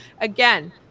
again